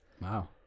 wow